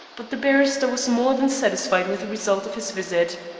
but the barrister was more than satisfied with the result of his visit.